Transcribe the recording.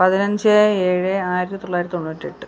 പതിനഞ്ച് ഏഴ് ആയിരത്തിത്തൊള്ളായിരത്തി തൊണ്ണൂറ്റിയെട്ട്